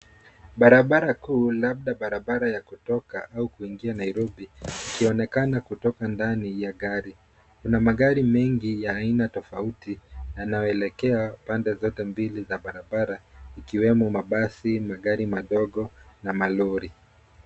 Barabara kuu, labda barabara ya kutoka au kuingia Nairobi, ikionekana kutoka ndani ya gari. Kuna magari mengi ya aina tofauti yanayo elekea pande zote mbili za barabara, ikiwemo mabasi, magari madogo na malori.